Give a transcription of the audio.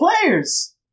players